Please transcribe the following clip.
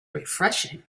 refreshing